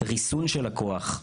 ריסון של הכוח,